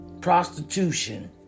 prostitution